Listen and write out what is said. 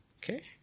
Okay